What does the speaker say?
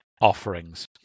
offerings